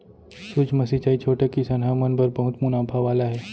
सूक्ष्म सिंचई छोटे किसनहा मन बर बहुत मुनाफा वाला हे